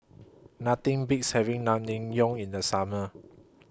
Nothing Beats having Naengmyeon in The Summer